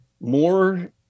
more